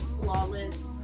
flawless